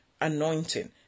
anointing